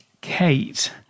Kate